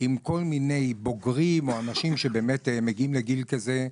שהיא באמת עם כל מיני אנשים שמגיעים לגיל כזה.